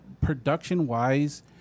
production-wise